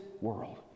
world